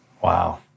wow